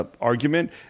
argument